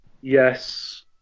yes